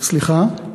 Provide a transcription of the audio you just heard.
חושב זה